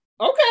Okay